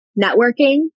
networking